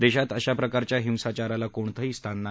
देशात अशाप्रकारच्या हिंसाचाराला कोणतही स्थान नाही